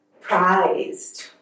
prized